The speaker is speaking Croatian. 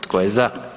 Tko je za?